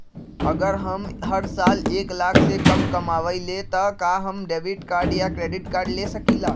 अगर हम हर साल एक लाख से कम कमावईले त का हम डेबिट कार्ड या क्रेडिट कार्ड ले सकीला?